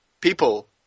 people